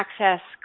access